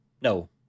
no